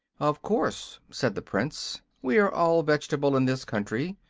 of course, said the prince. we are all vegetable, in this country.